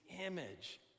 image